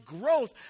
growth